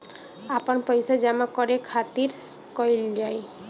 आपन पइसा जमा करे के खातिर का कइल जाइ?